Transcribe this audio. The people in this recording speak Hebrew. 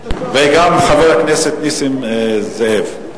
וגם חבר הכנסת נסים זאב.